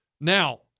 Now